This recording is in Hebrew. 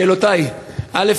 שאלותי: א.